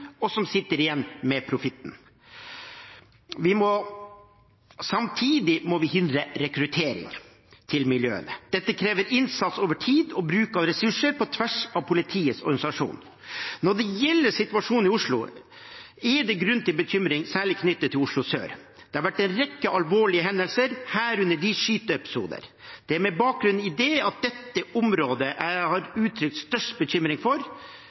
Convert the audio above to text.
og som sitter igjen med profitten. Samtidig må vi hindre rekruttering til miljøene. Dette krever innsats over tid og bruk av ressurser på tvers av politiets organisasjon. Når det gjelder situasjonen i Oslo, er det grunn til bekymring, særlig knyttet til Oslo sør. Det har vært en rekke alvorlige hendelser, herunder skyteepisoder. Det er med bakgrunn i at dette området er det som det er uttrykt størst bekymring for,